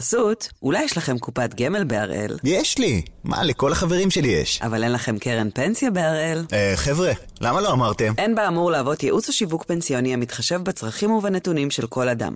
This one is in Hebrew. בחסות, אולי יש לכם קופת גמל בהראל, יש לי! מה, לכל החברים שלי יש. אבל אין לכם קרן פנסיה בהראל? אה! חבר׳ה, למה לא אמרתם? אין באמור לעבוד ייעוץ או שיווק פנסיוני המתחשב בצרכים ובנתונים של כל אדם.